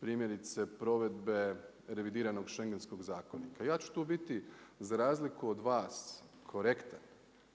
primjerice provedbe revidiranog Schengenskog zakonika. Ja ću tu biti za razliku od vas korektan.